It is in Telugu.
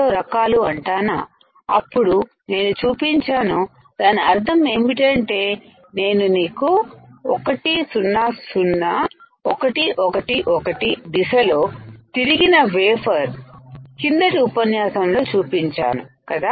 లో రకాలు అంటానా అప్పుడు నేను చూపించాను దాని అర్థంఏంటంటే నేను నీకు 100111 దిశ లో తిరిగిన వేఫర్ కిందటి ఉపన్యాసం లో చూపించాను కదా